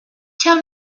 tell